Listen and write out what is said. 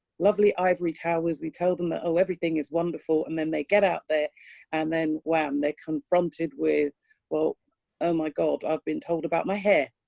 lovely ivory towers. we told him ah that everything is wonderful and then they get out there and then when they confronted with well oh my god, i've been told about my hair.